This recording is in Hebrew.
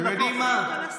אתם יודעים מה?